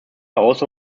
also